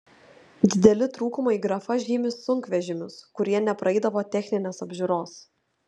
dideli trūkumai grafa žymi sunkvežimius kurie nepraeidavo techninės apžiūros